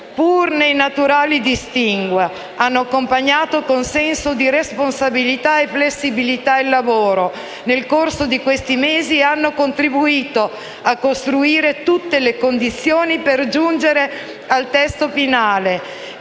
pur nei naturali distinguo, hanno accompagnato con senso di responsabilità e flessibilità il lavoro nel corso di questi mesi e hanno contribuito a costruire tutte le condizioni per giungere al testo finale,